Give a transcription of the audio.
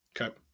Okay